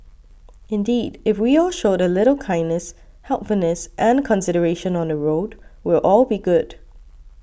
indeed if we all showed a little kindness helpfulness and consideration on the road we'll all be good